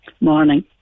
Morning